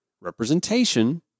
representation